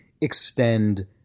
extend